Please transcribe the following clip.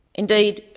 indeed,